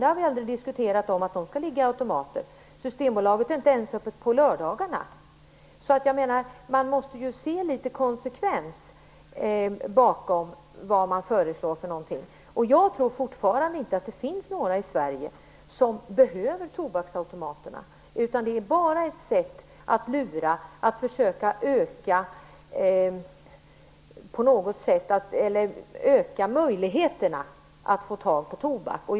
Vi har aldrig diskuterat att den skall finnas i automater. Systembolaget är inte ens öppet på lördagarna. Man måste ju se litet konsekvens bakom det som föreslås. Jag tror fortfarande inte att det finns några i Sverige som behöver tobaksautomaterna. Det är bara ett sätt att luras, att på något sätt försöka öka möjligheterna att få tag på tobak.